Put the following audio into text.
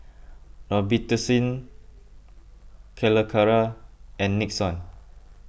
Robitussin Calacara and Nixon